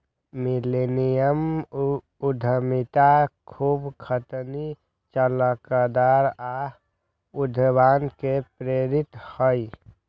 millennium उद्यमिता खूब खटनी, लचकदार आऽ उद्भावन से प्रेरित हइ